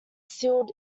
sealed